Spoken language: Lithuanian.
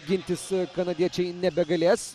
gintis kanadiečiai nebegalės